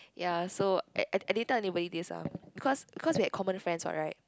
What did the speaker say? ya so I I I didn't tell anybody this ah because cause we had common friends [what] right